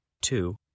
Two